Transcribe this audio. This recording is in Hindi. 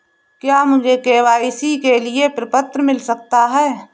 क्या मुझे के.वाई.सी के लिए प्रपत्र मिल सकता है?